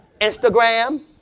Instagram